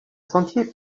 sentier